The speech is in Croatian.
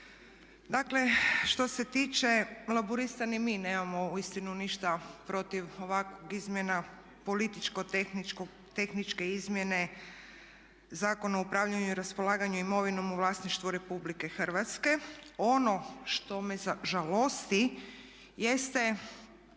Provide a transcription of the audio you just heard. Dakle što se tiče Laburista ni mi nemamo uistinu protiv ovakvih izmjena, političko-tehničke izmjene Zakona o upravljanju i raspolaganju imovinom u vlasništvu RH. Ono što me žalosti jeste